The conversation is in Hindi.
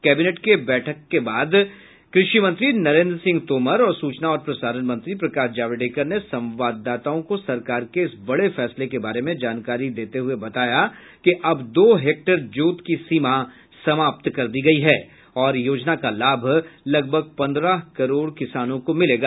कैबिनेट के बैठक के बाद कृषि मंत्री नरेन्द्र सिंह तोमर और सूचना और प्रसारण मंत्री प्रकाश जावडेकर ने संवाददाताओं को सरकार के इस बड़े फैसले के बारे में जानकारी देते हुए बताया कि अब दो हेक्टेयर जोत की सीमा समाप्त कर दी गयी है और योजना का लाभ लगभग पन्द्रह करोड़ किसानों को मिलेगा